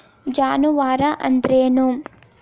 ಜಾನುವಾರು ಅಂದ್ರೇನು?